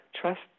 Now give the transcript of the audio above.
trust